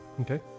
Okay